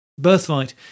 Birthright